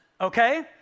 Okay